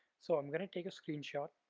so i'm going to take a screenshot.